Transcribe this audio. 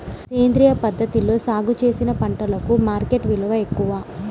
సేంద్రియ పద్ధతిలో సాగు చేసిన పంటలకు మార్కెట్ విలువ ఎక్కువ